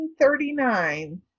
1939